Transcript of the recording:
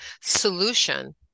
solution